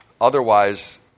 Otherwise